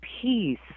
Peace